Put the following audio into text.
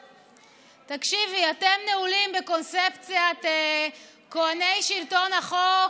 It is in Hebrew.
תקשיבי, אתם נעולים בקונספציית כוהני שלטון החוק,